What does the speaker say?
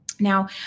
Now